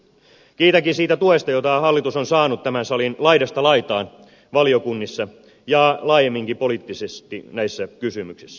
kiitänkin siitä tuesta jota hallitus on saanut tämän salin laidasta laitaan valiokunnissa ja laajemminkin poliittisesti näissä kysymyksissä